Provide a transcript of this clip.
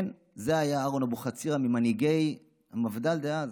כן, זה היה אהרן אבוחצירא, ממנהיגי המפד"ל דאז.